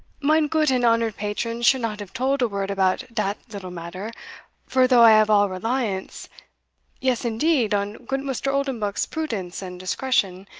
mine goot and honoured patron should not have told a word about dat little matter for, though i have all reliance yes, indeed, on goot mr. oldenbuck's prudence and discretion,